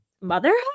motherhood